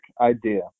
idea